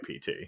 pt